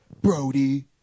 Brody